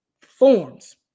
forms